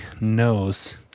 knows